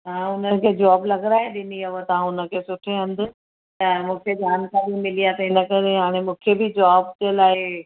हा हुनखे जॉब लॻाराए ॾिनी हुयव तव्हां हुनखे सुठे हंधि त मूंखे जानकारी मिली आहे त हिन करे मूंखे बि जॉब जे लाइ